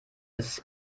ist